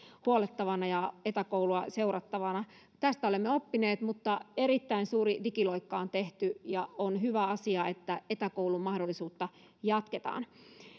huollettavana ja etäkoulua seurattavana tästä olemme oppineet mutta erittäin suuri digiloikka on tehty ja on hyvä asia että etäkoulumahdollisuutta jatketaan